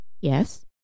Yes